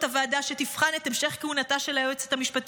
הוועדה שתבחן את המשך כהונתה של היועצת המשפטית.